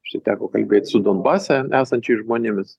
štai teko kalbėt su donbase esančiais žmonėmis